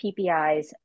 PPIs